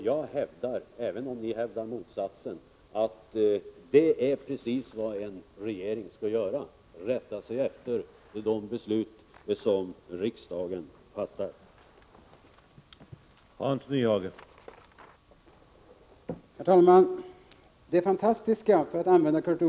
Jag hävdar, även om ni hävdar motsatsen, att det är precis vad en regering skall göra — rätta sig efter de beslut som riksdagen fattar.